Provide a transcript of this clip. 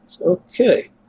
Okay